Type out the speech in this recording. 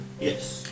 Yes